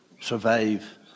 survive